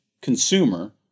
consumer